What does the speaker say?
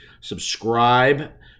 subscribe